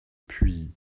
puis